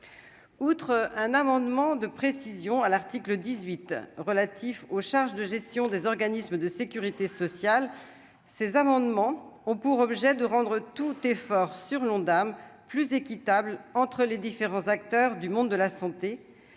outre un amendement de précision à l'article 18 relatif aux charges de gestion des organismes de Sécurité sociale, ces amendements ont pour objet de rendre tout effort sur l'Ondam plus équitable entre les différents acteurs du monde de la santé